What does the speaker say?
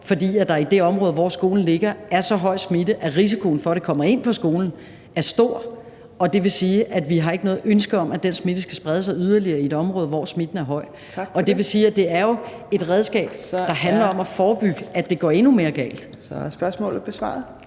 det. For i det område, hvor skolen ligger, er der så udbredt smitte, at risikoen for, at den kommer ind på skolen, er stor. Og vi har ikke noget ønske om, at den smitte spreder sig yderligere i et område, hvor smitten i forvejen er udbredt. Det er jo et redskab, der skal bruges til at forebygge, at det går endnu mere galt. Kl. 15:27 Fjerde